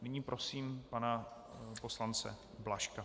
Nyní prosím pana poslance Blažka.